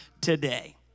today